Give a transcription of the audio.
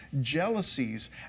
jealousies